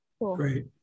Great